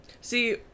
See